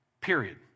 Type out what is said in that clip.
period